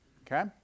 Okay